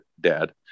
dad